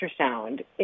ultrasound